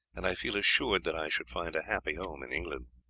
and i feel assured that i should find a happy home in england.